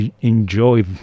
enjoy